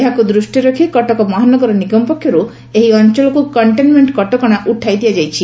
ଏହାକୁ ଦୂଷ୍ଟିରେ ରଖ୍ କଟକ ମହାନଗର ନିଗମ ପକ୍ଷରୁ ଏହି ଅଅଳରୁ କକ୍କେନମେକ୍କ କଟକଣା ଉଠାଇ ଦିଆଯାଇଛି